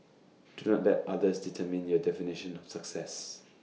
do not let other determine your definition of success